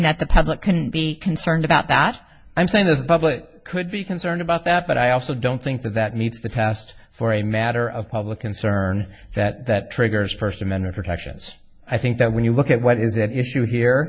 that the public can be concerned about that i'm saying that the public could be concerned about that but i also don't think that that meets the past for a matter of public concern that that triggers first amendment protections i think that when you look at what is it issue here